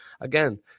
again